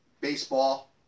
Baseball